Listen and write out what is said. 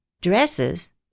Dresses